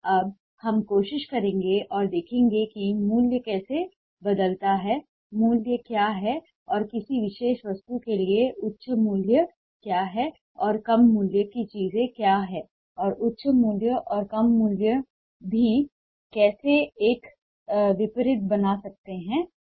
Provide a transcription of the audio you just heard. अब हम कोशिश करेंगे और देखेंगे कि मूल्य कैसे बदलता है मूल्य क्या है और किसी विशेष वस्तु के लिए उच्च मूल्य क्या है और कम मूल्य की चीज क्या है और उच्च मूल्य और कम मूल्य भी कैसे एक विपरीत बना सकते हैं